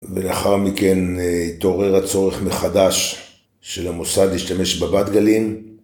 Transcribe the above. ולאחר מכן תעורר הצורך מחדש של המוסד להשתמש בבת גלים